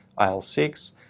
IL-6